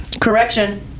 Correction